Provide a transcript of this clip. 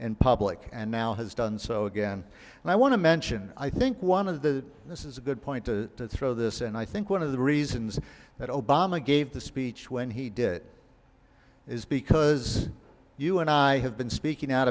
in public and now has done so again and i want to mention i think one of the this is a good point to throw this and i think one of the reasons that obama gave the speech when he did it is because you and i have been speaking out